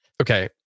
Okay